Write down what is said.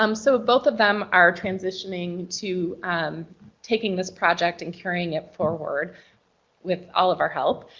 um so both of them are transitioning to taking this project and carrying it forward with all of our help.